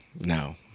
no